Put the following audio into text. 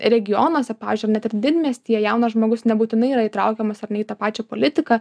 regionuose pavyzdžiui net ir didmiestyje jaunas žmogus nebūtinai yra įtraukiamas ar ne į tą pačią politiką